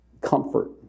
comfort